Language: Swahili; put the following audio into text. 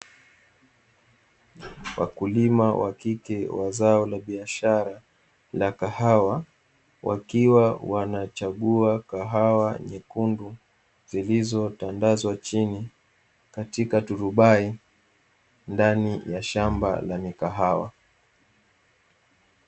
Wakulima wakike wa zao la biashara la kahawa, wakiwa wanachagua kahawa nyekundu zilizotandazwa chini katika turubai ndani ya shamba la mikahawa.